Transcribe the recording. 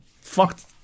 fucked